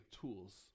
tools